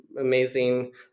amazing